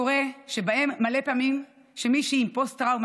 שבהן מלא פעמים קורה שמישהי עם פוסט-טראומה